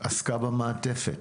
עסקה במעטפת,